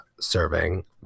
serving